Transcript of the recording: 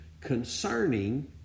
concerning